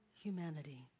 humanity